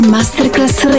Masterclass